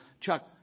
Chuck